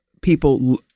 people